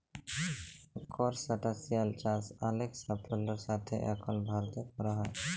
করসটাশিয়াল চাষ অলেক সাফল্যের সাথে এখল ভারতে ক্যরা হ্যয়